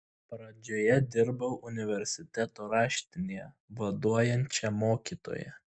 pradžioje dirbau universiteto raštinėje vaduojančia mokytoja